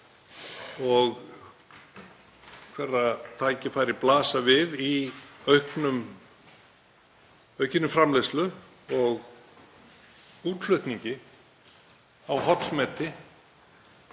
og hverrar tækifæri blasa við í aukinni framleiðslu og útflutningi á hollmeti